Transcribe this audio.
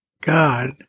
God